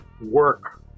work